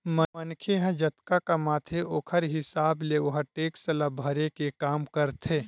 मनखे ह जतका कमाथे ओखर हिसाब ले ओहा टेक्स ल भरे के काम करथे